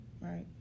Right